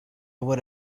would